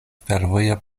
fervoja